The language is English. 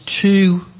two